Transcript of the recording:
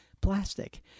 plastic